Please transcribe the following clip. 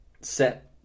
set